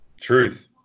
truth